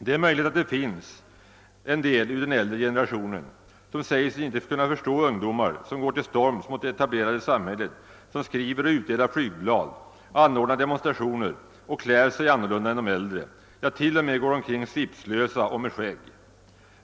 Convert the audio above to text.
Det är möjligt att det finns de inom den äldre generationen som säger sig icke kunna förstå ungdomar, som går till storms mot det etablerade samhället, som skriver och utdelar flygblad, anordnar demonstrationer och klär sig annorlunda än de äldre, ja t.o.m. går omkring slipslösa och med skägg.